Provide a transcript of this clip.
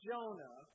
Jonah